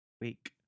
week